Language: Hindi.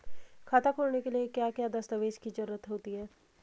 खाता खोलने के लिए क्या क्या दस्तावेज़ की जरूरत है?